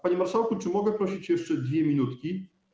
Panie marszałku, czy mogę prosić jeszcze 2 minutki?